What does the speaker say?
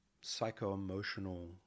psycho-emotional